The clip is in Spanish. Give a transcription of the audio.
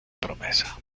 promesa